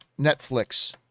netflix